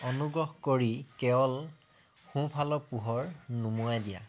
অনুগ্ৰহ কৰি কেৱল সোঁফালৰ পোহৰ নুমুৱাই দিয়া